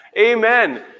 Amen